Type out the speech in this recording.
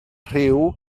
rhyw